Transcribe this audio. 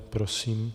Prosím.